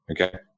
okay